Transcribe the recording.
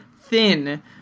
thin